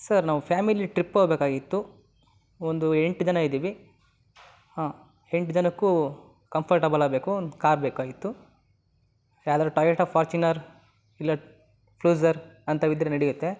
sir ನಾವು family trip ಹೋಗಬೇಕಾಗಿತ್ತು ಒಂದು ಎಂಟು ಜನ ಇದ್ದೀವಿ ಹಾಂ ಎಂಟು ಜನಕ್ಕೂ ಕಂಫರ್ಟಬಲ್ ಆಗಬೇಕು ಒಂದು ಕಾರ್ ಬೇಕಾಗಿತ್ತು ಯಾವ್ದಾರೂ ಟೊಯೋಟಾ ಫಾರ್ಚುನರ್ ಇಲ್ಲ ಕ್ಲೂಝರ್ ಅಂಥವು ಇದ್ದರೆ ನಡೆಯುತ್ತೆ